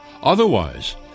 Otherwise